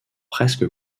presque